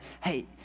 hey